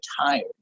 tired